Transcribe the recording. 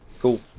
Cool